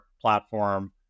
platform